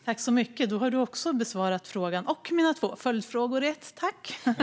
Herr talman! Statsrådet besvarade såväl frågan som mina två följdfrågor i ett och samma svar. Tack!